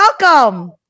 welcome